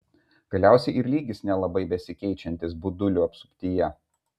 galiausiai ir lygis nelabai besikeičiantis budulių apsuptyje